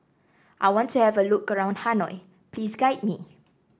I want to have a look around Hanoi please guide me